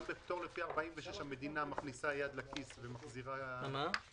גם בפטור לעניין סעיף 46 המדינה מכניסה יד לכיס ומחזירה מס,